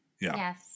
Yes